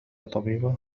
طبيبة